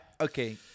Okay